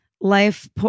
life